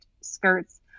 skirts